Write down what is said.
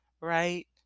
right